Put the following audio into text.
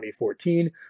2014